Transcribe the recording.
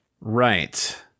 Right